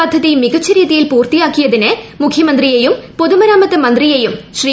പദ്ധതി മികച്ച രീതിയിൽ പൂർത്തിയാക്കിയതിന് മുഖ്യമന്ത്രിയെയും പൊതുമരാമത്ത് മന്ത്രിയേയും ശ്രീ